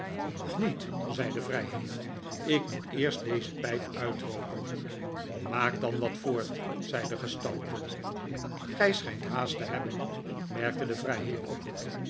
nog niet zei de vrijheer ik moet eerst deze pijp uitrooken maak dan wat voort zei de gestalte gij schijnt haast te hebben merkte de vrijheer op